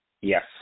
Yes